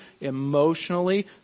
emotionally